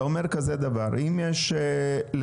אתה אומר כזה דבר, אם יש לקיט